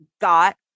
got